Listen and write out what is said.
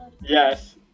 Yes